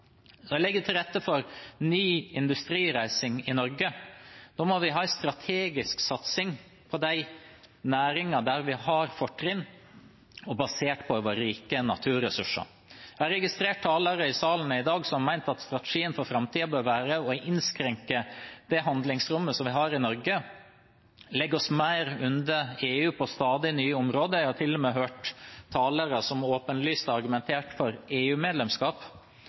å legge til rette for ny industrireising i Norge. Da må vi ha en strategisk satsing på de næringene der vi har fortrinn, og basert på våre rike naturressurser. Jeg har registrert talere i salen i dag som har ment at strategien for framtiden bør være å innskrenke det handlingsrommet vi har i Norge, legge oss mer under EU på stadig nye områder. Jeg har til og med hørt talere som åpenlyst har argumentert for